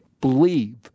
believe